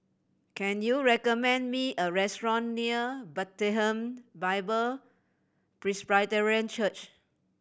can you recommend me a restaurant near Bethlehem Bible Presbyterian Church